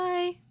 Bye